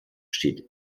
steht